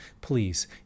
please